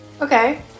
Okay